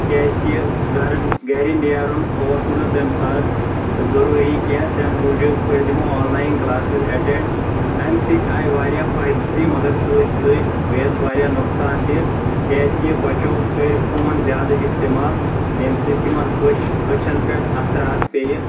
کیاز کہِ گرن گرِ نیٚرُن اوس نہٕ تمہِ ساتہٕ ضروری کینٛہہ تیٚمہِ موٗجوٗب کٔرۍ تِمو آن لاین کلاسِز ایٚٹنڈ امہِ سۭتۍ آیہِ واریاہ فٲیِدٕ تہِ مگر سۭتۍ سۭتۍ گٔیس واریاہ نۄقصان تہِ کیاز کہِ بچو کٔرۍ فون زیادٕ استعمال ییٚمہِ سۭتۍ تِمن أچھ أچھن پٖٮ۪ٹھ اثرات پیٚیہِ